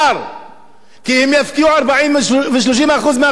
כי הם יפקיעו 40% ו-30% מהאוכלוסייה.